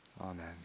amen